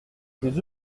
des